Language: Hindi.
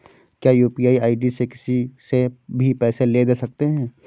क्या यू.पी.आई आई.डी से किसी से भी पैसे ले दे सकते हैं?